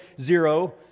zero